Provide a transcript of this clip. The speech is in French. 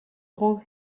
grand